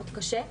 מאוד קשה,